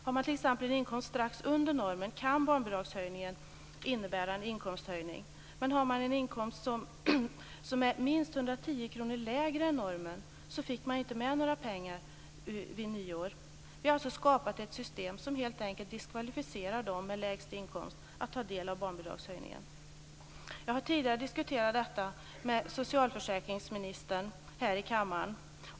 Har man t.ex. en inkomst strax under normen kan barnbidragshöjningen innebära en inkomsthöjning. Men har man en inkomst som är minst 110 kr lägre än normen fick man inga pengar vid nyår. Vi har alltså skapat ett system som helt enkelt diskvalificerar dem med lägst inkomst att ta del av barnbidragshöjningen. Jag har tidigare diskuterat detta med socialförsäkringsministern här i kammaren.